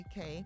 UK